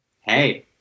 Hey